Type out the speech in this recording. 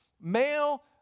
male